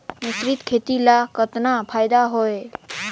मिश्रीत खेती ल कतना फायदा होयल?